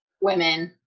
women